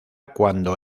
cuando